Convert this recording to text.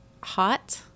hot